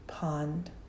pond